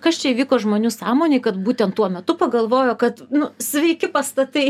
kas čia įvyko žmonių sąmonėj kad būtent tuo metu pagalvojo kad nu sveiki pastatai